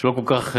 שלא כל כך,